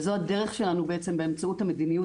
וזו הדרך שלנו בעצם באמצעות המדיניות